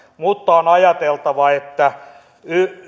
mutta on ajateltava että